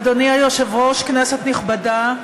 אדוני היושב-ראש, כנסת נכבדה,